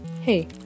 Hey